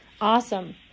Awesome